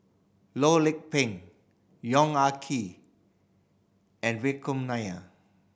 Loh Lik Peng Yong Ah Kee and Vikram Nair